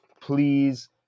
please